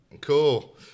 Cool